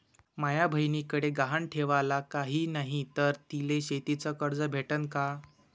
माया बयनीकडे गहान ठेवाला काय नाही तर तिले शेतीच कर्ज भेटन का?